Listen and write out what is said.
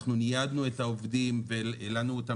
אנחנו ניידנו את העובדים והלנו אותם